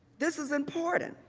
this is important.